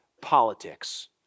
politics